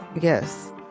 Yes